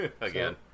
again